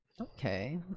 okay